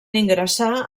ingressar